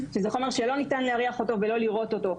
כי זה חומר שלא ניתן להריח אותו ולא לראות אותו.